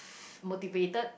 motivated